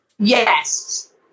yes